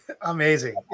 Amazing